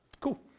Cool